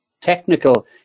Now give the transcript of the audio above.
technical